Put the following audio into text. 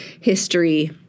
History